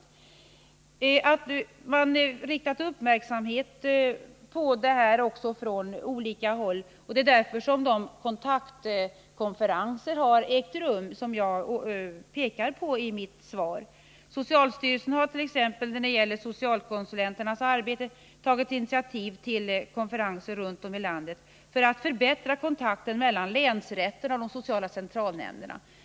Från olika håll har det riktats uppmärksamhet på dessa frågor. Det är anledningen till att de kontaktkonferenser har ägt rum som jag pekade på i mitt svar. Socialstyrelsen hart.ex. när det gäller socialkonsulenternas arbete tagit initiativ till konferenser runt om i landet för att förbättra kontakten mellan länsrätterna och de sociala centralnämnderna.